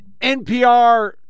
NPR